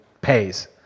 pays